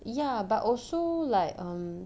ya but also like um